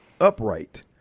upright